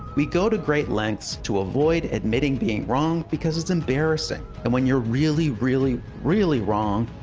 we go to great lengths to avoid admitting being wrong, because it's embarrassing. and when you're really, really, really wrong,